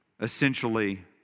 essentially